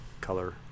color